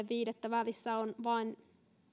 viidettä välissä on vain